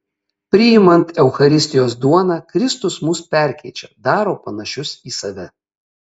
priimant eucharistijos duoną kristus mus perkeičia daro panašius į save